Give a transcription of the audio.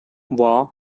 waugh